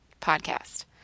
podcast